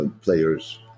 players